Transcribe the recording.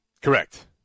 Correct